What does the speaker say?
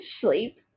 sleep